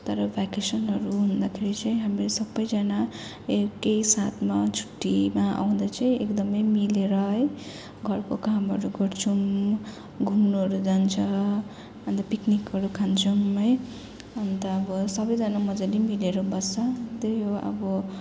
तर भ्याकेसनहरू हुँदैखेरि चाहिँ हामी सबैजना एकै साथमा छुट्टीमा आउँदा चाहिँ एकदमै मिलेर है घरको कामहरू गर्छौँ घुम्नुहरू जान्छौँ अन्त पिक्निकहरू खान्छौँ है अन्त अब सबैजना मजाले मिलेर बस्छौँ त्यही हो अब